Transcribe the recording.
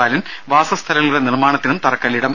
ബാലൻ വാസസ്ഥലങ്ങളുടെ നിർമ്മാണത്തിനും തറക്കല്ലിടും